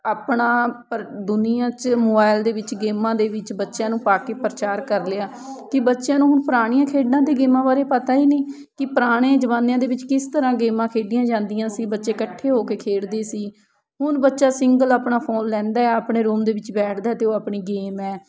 ਆਪਣਾ ਪਰ ਦੁਨੀਆਂ 'ਚ ਮੋਬਾਇਲ ਦੇ ਵਿੱਚ ਗੇਮਾਂ ਦੇ ਵਿੱਚ ਬੱਚਿਆਂ ਨੂੰ ਪਾ ਕੇ ਪ੍ਰਚਾਰ ਕਰ ਲਿਆ ਕਿ ਬੱਚਿਆਂ ਨੂੰ ਹੁਣ ਪੁਰਾਣੀਆਂ ਖੇਡਾਂ ਅਤੇ ਗੇਮਾਂ ਬਾਰੇ ਪਤਾ ਹੀ ਨਹੀਂ ਕਿ ਪੁਰਾਣੇ ਜ਼ਮਾਨਿਆਂ ਦੇ ਵਿੱਚ ਕਿਸ ਤਰ੍ਹਾਂ ਗੇਮਾਂ ਖੇਡੀਆਂ ਜਾਂਦੀਆਂ ਸੀ ਬੱਚੇ ਇਕੱਠੇ ਹੋ ਕੇ ਖੇਡਦੇ ਸੀ ਹੁਣ ਬੱਚਾ ਸਿੰਗਲ ਆਪਣਾ ਫ਼ੋਨ ਲੈਂਦਾ ਹੈ ਆਪਣੇ ਰੂਮ ਦੇ ਵਿੱਚ ਬੈਠਦਾ ਅਤੇ ਉਹ ਆਪਣੀ ਗੇਮ ਹੈ